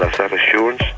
ah that assurance.